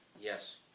Yes